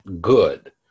good